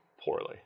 poorly